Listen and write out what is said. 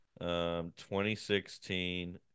2016